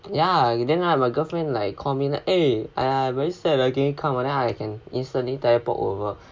ya then I have a girlfriend like call me eh I very sad ah can you come then I can instantly teleport over